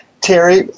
Terry